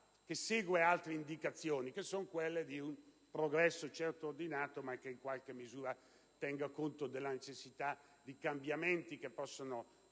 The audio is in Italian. che segue altre indicazioni, che sono quelle di un progresso certamente ordinato ma che in qualche misura tenga conto della necessità di cambiamenti che possono